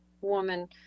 woman